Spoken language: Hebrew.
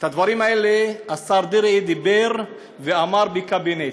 את הדברים האלה השר דרעי אמר בקבינט.